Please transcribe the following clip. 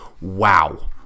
Wow